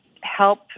help